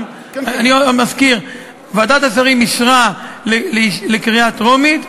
אני מזכיר: ועדת השרים אישרה לקריאה טרומית,